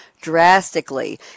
drastically